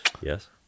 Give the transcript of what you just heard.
Yes